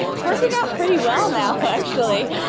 it's working out pretty well now, actually.